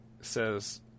says